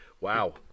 wow